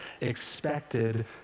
expected